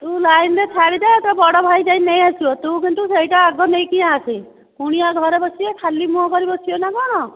ତୁ ଲାଇନ୍ରେ ଛାଡ଼ି ଦେ ତୋ ବଡ଼ ଭାଇ ଯାଇ ନେଇ ଆସିବ ତୁ କିନ୍ତୁ ସେଇଟା ଆଗ ନେଇକି ଆସେ କୁଣିଆ ଘରେ ବସିବେ ଖାଲି ମୁହଁ କରିକି ବସିବେ ନା କ'ଣ